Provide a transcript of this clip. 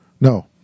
no